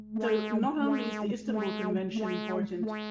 so, not only is the istanbul convention important,